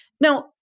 Now